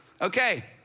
okay